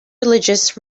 religious